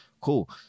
cool